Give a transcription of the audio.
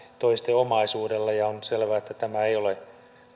toisten omaisuudelle ja on selvää että tämä ei ole